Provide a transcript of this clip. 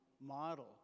model